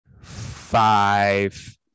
five